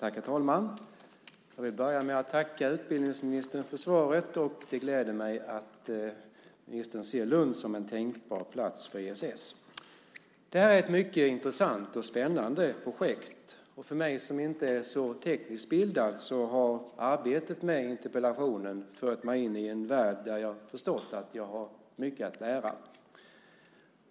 Herr talman! Jag vill börja med att tacka utbildningsministern för svaret. Det gläder mig att ministern ser Lund som en tänkbar plats för ESS. Det här är ett mycket intressant och spännande projekt. För mig, som inte är så tekniskt bildad, har arbetet med interpellationen fört mig in i en värld där jag har förstått att jag har mycket att lära.